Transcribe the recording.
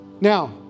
Now